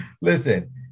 Listen